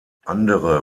andere